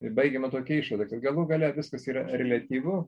ji baigiama tokia išvada kad galų gale viskas yra reliatyvu